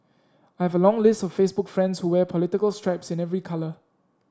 I have a long list of Facebook friends who wear political stripes in every colour